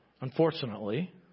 Unfortunately